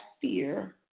fear